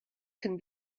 can